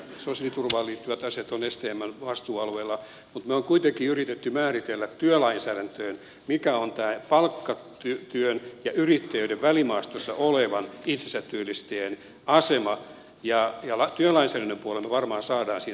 sosiaaliturvaan liittyvät asiat ovat stmn vastuualueella mutta me olemme kuitenkin yrittäneet määritellä työlainsäädäntöön mikä on tämä palkkatyön ja yrittäjyyden välimaastossa olevan itsensä työllistäjän asema ja työlainsäädännön puolella me varmaan saamme siihen ratkaisuja